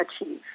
achieve